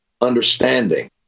understanding